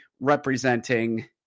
representing